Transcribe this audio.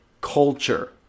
culture